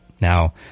Now